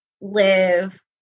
live